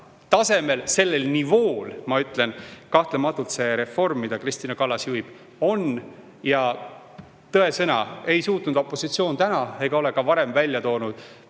tasemel, sellel nivool, kahtlematult see reform, mida Kristina Kallas juhib, on. Ja tõesõna, ei suutnud opositsioon täna ega ole ka varem välja toonud